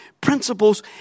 principles